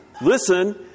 listen